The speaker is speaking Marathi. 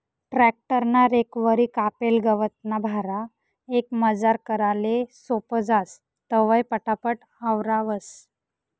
ट्रॅक्टर ना रेकवरी कापेल गवतना भारा एकमजार कराले सोपं जास, तवंय पटापट आवरावंस